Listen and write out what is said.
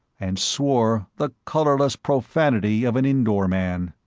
and swore, the colorless profanity of an indoor man.